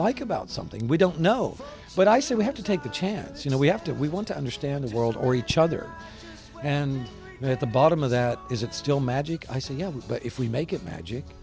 like about something we don't know what i say we have to take the chance you know we have to we want to understand his world or each other and at the bottom of that is it still magic i say yeah but if we make of magic